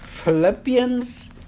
Philippians